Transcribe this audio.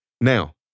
now